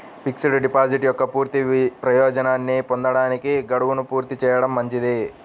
fixed deposit యొక్క పూర్తి ప్రయోజనాన్ని పొందడానికి, గడువును పూర్తి చేయడం మంచిది